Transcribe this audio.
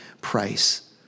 price